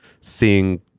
seeing